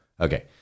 Okay